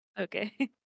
Okay